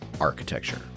architecture